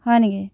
হয় নেকি